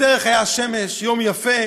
בדרך הייתה שמש, יום יפה.